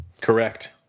Correct